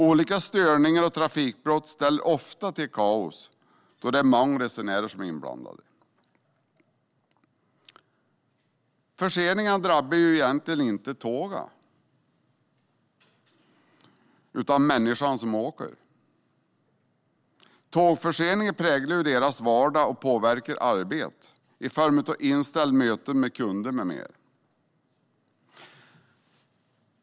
Olika störningar och trafikavbrott ställer ofta till kaos, då det är många resenärer som är inblandade. Förseningar drabbar ju egentligen inte tågen utan människorna som åker. Tågförseningar präglar deras vardag och påverkar arbetet i form av inställda möten med kunder med mera.